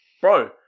Bro